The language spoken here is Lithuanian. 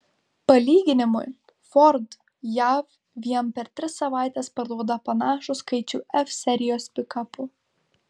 palyginimui ford jav vien per tris savaites parduoda panašų skaičių f serijos pikapų